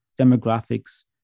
demographics